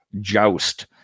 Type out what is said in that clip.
Joust